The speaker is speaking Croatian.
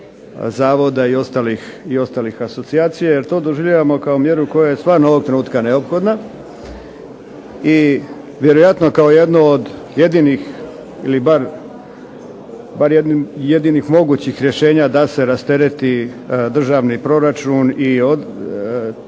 zavoda i ostalih asocijacija jer to doživljavamo kao mjeru koja je stvarno ovog trenutka neophodna i vjerojatno kao jedno od jedinih ili bar jedinih mogućih rješenja da se rastereti državni proračun i određenih